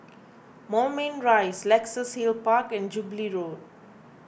Moulmein Rise Luxus Hill Park and Jubilee Road